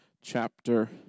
chapter